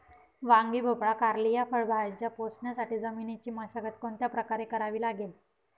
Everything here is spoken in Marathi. वांगी, भोपळा, कारली या फळभाज्या पोसण्यासाठी जमिनीची मशागत कोणत्या प्रकारे करावी लागेल?